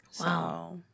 Wow